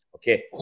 Okay